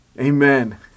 Amen